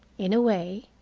in a way,